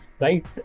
right